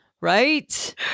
right